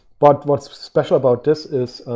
but what's special about this is